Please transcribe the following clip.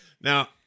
Now